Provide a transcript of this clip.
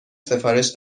سفارش